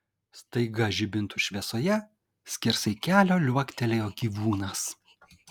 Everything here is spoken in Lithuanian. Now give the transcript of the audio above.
staiga žibintų šviesoje skersai kelio liuoktelėjo gyvūnas